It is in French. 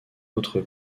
autre